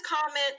comment